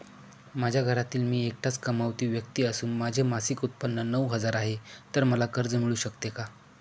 माझ्या घरातील मी एकटाच कमावती व्यक्ती असून माझे मासिक उत्त्पन्न नऊ हजार आहे, तर मला कर्ज मिळू शकते का?